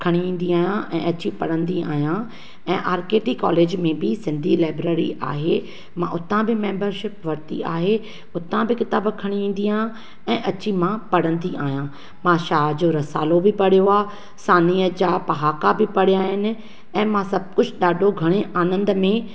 खणी ईंदी आहियां ऐं अची पढ़ंदी आहियां ऐं आर के टी कॉलेज में बि सिंधी लाइब्रेरी आहे मां उतां बि मैंबरशिप वरिती आहे उतां बि किताबु खणी ईंदी आहे ऐं अची मां पढ़ंदी आहियां मां शाह जो रिसालो बि पढ़ियो आहे सामीअ जा पहाका बि पढ़िया आहिनि ऐं मां सभु कुझु ॾाढो घणे आनंद में